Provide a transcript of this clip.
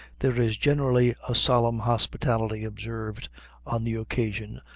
there is generally a solemn hospitality observed on the occasion,